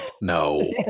no